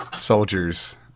soldier's